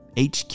HQ